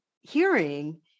hearing